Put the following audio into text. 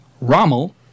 Rommel